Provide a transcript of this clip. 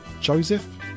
joseph